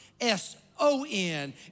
S-O-N